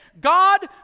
god